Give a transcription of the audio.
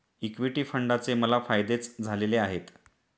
equity फंडाचे मला फायदेच झालेले आहेत